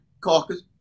Caucus